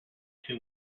two